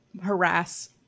harass